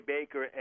Baker